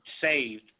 saved